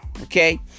Okay